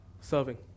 Serving